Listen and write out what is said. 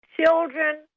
Children